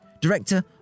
Director